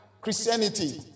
Christianity